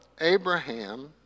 Abraham